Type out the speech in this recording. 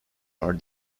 are